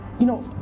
you know,